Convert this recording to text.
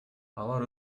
алар